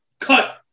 Cut